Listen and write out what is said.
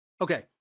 Okay